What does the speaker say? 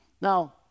Now